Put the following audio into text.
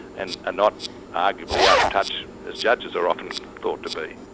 and are not arguably out of touch as judges are often thought to be.